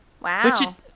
Wow